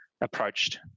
approached